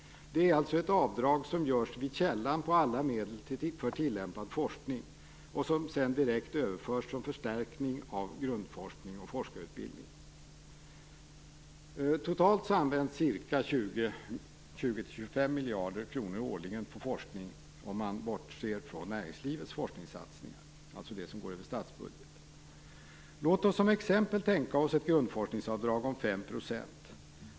Avdraget görs vid källan på alla medel för tillämpad forskning och som sedan direkt överförs som förstärkning av grundforskning och forskarutbildning. Totalt används ca 20-25 miljarder kronor årligen till forskning, om man bortser från näringslivets forskningssatsningar. Låt oss som ett exempel tänka oss ett grundforskningavdrag om 5 %.